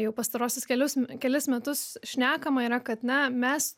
jau pastaruosius kelius kelis metus šnekama yra kad na mes